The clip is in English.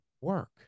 work